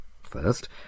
First